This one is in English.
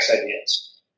ideas